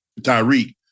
Tyreek